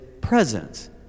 presence